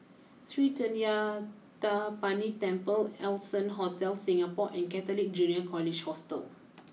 Sri Thendayuthapani Temple Allson Hotel Singapore and Catholic Junior College Hostel